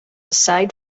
side